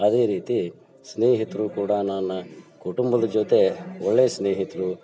ಅದೇ ರೀತಿ ಸ್ನೇಹಿತರು ಕೂಡ ನನ್ನ ಕುಟುಂಬದ ಜೊತೆ ಒಳ್ಳೆಯ ಸ್ನೇಹಿತರು